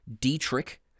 Dietrich